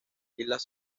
islas